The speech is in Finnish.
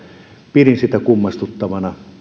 pidin sitä kummastuttavana